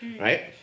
right